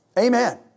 Amen